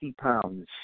pounds